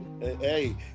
hey